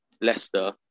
Leicester